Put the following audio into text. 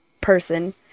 person